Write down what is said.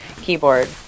keyboard